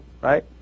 right